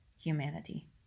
humanity